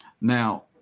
Now